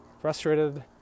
frustrated